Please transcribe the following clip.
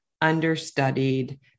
understudied